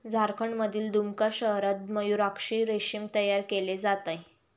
झारखंडमधील दुमका शहरात मयूराक्षी रेशीम तयार केले जाते